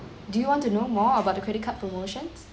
do you want to know more about the credit card promotions